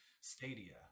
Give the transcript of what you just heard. stadia